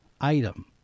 item